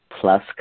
plus